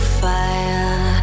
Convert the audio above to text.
fire